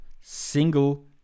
single